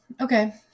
Okay